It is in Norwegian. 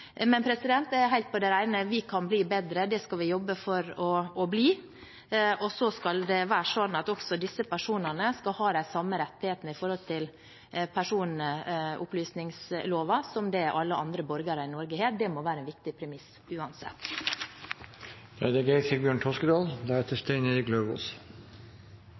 Men det er helt på det rene at vi kan bli bedre. Det skal vi jobbe for å bli, og disse personene skal ha de samme rettighetene opp mot personopplysningsloven som alle andre borgere i Norge har. Det må være en viktig premiss